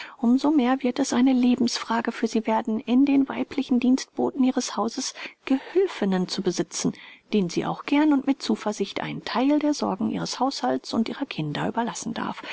so mehr wird es eine lebensfrage für sie werden in den weiblichen dienstboten ihres hauses gehülfinnen zu besitzen denen sie auch gern und mit zuversicht einen theil der sorgen ihres haushalts und ihrer kinder überlassen darf